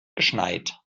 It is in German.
geschneit